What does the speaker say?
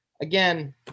again –